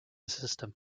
system